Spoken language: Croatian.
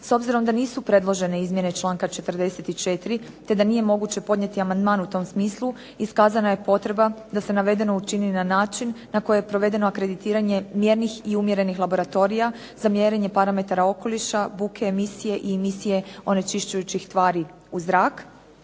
S obzirom da nisu predložene izmjene članka 44. te da nije moguće podnijeti amandman u tom smislu iskazana je potreba da se navedeno učini na način na koje je provedeno akreditiranje mjernih i umjerenih laboratorija za mjerenje parametra okoliša, buke, emisije i emisije onečišćujućih tvari u zrak,